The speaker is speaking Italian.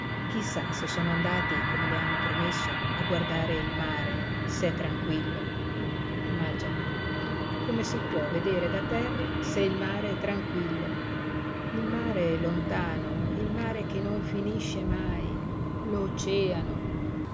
chi sa se sono andati come le hanno promesso a guardare il mare se è tranquillo ma già come si può vedere da terra se il mare è tranquillo il mare lontano il mare che non finisce mai l'oceano